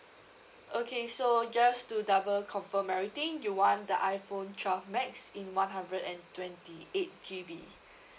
okay so just to double confirm everything you want the iphone twelve max in one hundred and twenty eight G_B